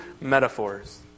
metaphors